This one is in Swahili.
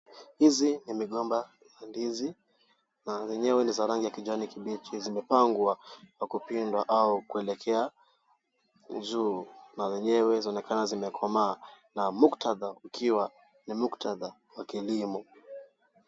Hizi ni migomba za ndizi na zenyewe ni za rangi kijani kibichi zimepangwa kwa kupinda au kuelekea juu na zenyewe zinaonekana zimekomaa na mukthadha ukiwa ni mukthadha wa kielimu